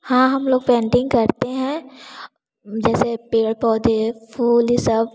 हाँ हम लोग पेंटिंग करते हैं जैसे पेड़ पौधे फूल यह सब